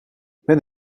met